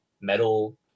metal